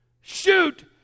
Shoot